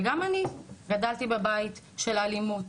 וגם אני גדלתי בבית של אלימות,